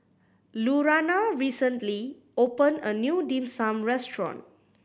Lurana recently opened a new Dim Sum restaurant